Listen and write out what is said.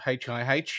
HIH